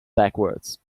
backwards